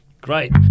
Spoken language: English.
Great